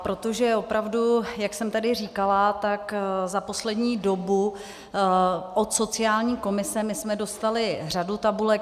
Protože opravdu, jak jsem tady říkala, tak za poslední dobu jsme od sociální komise dostali řadu tabulek.